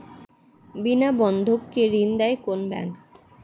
বিনা বন্ধক কে ঋণ দেয় কোন ব্যাংক?